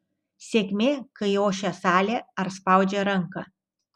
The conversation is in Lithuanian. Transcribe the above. sėkmė kai ošia salė ar spaudžia ranką